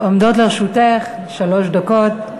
עומדות לרשותך שלוש דקות.